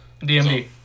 DMD